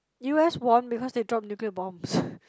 u_s won because they dropped nuclear bombs